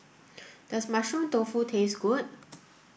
does mushroom tofu taste good